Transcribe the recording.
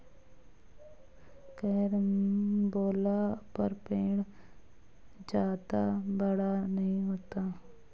carambola का पेड़ जादा बड़ा नहीं होता